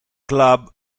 club